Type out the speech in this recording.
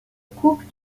coupes